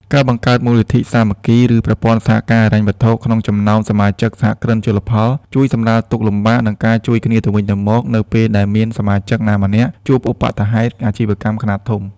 ការបង្កើតមូលនិធិសាមគ្គី ឬប្រព័ន្ធសហការហិរញ្ញវត្ថុក្នុងចំណោមសមាជិកសហគ្រិនជលផល ជួយសម្រាលទុក្ខលំបាក និងការជួយគ្នាទៅវិញទៅមកនៅពេលដែលមានសមាជិកណាម្នាក់ជួបឧប្បត្តិហេតុអាជីវកម្មខ្នាតធំ។